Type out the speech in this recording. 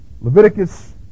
Leviticus